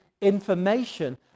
information